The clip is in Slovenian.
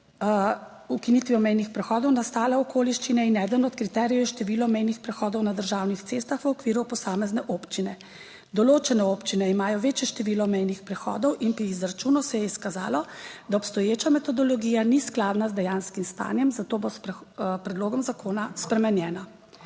z ukinitvijo mejnih prehodov nastale okoliščine in eden od kriterijev je število mejnih prehodov na državnih cestah v okviru posamezne občine. Določene občine imajo večje število mejnih prehodov in pri izračunu se je izkazalo, da obstoječa metodologija ni skladna z dejanskim stanjem, zato bo s predlogom zakona spremenjena.